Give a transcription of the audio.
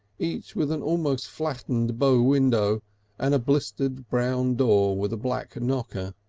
each with an almost flattened bow window and a blistered brown door with a black knocker.